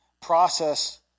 process